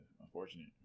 unfortunate